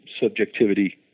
subjectivity